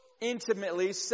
intimately